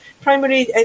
primary